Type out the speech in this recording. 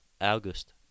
August